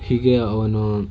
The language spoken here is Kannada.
ಹೀಗೆ ಅವನು